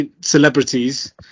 celebrities